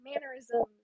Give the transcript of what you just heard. mannerisms